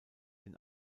den